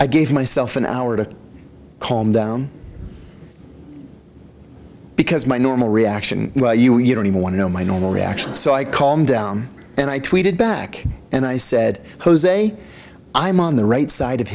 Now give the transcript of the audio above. i gave myself an hour to calm down because my normal reaction you don't even want to know my normal reaction so i called him down and i tweeted back and i said jose i'm on the right side of